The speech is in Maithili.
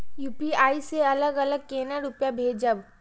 यू.पी.आई से अलग अलग केना रुपया भेजब